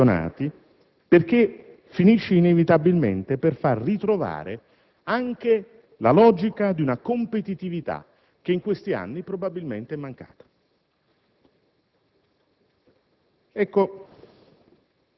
al pianeta calcio e a tutti gli appassionati, perché finisce inevitabilmente per far ritrovare anche la logica di una competitività che in questi anni probabilmente è mancata.